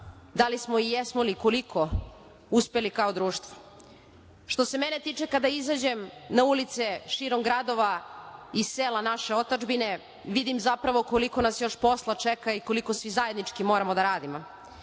da li smo, jesmo li i koliko uspeli kao društvo. Što se mene tiče kada izađem na ulice širom gradova i sela naše otadžbine, vidim zapravo koliko nas još posla čeka i koliko svi zajednički moramo da radimo.